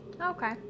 Okay